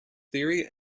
theory